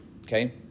Okay